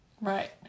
Right